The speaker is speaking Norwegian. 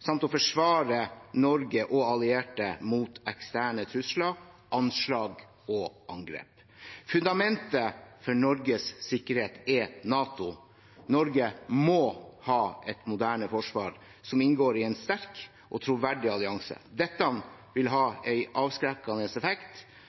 samt å forsvare Norge og allierte mot eksterne trusler, anslag og angrep. Fundamentet for Norges sikkerhet er NATO. Norge må ha et moderne forsvar som inngår i en sterk og troverdig allianse. Dette vil ha en avskrekkende effekt